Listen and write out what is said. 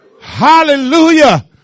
Hallelujah